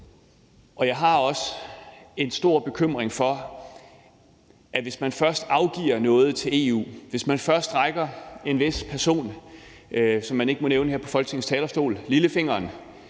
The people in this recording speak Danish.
Jeg har også en stor bekymring for, at hvis man først afgiver noget til EU, altså hvis man først rækker en vis person, hvis navn man ikke må nævne her fra Folketingets talerstol, lillefingeren,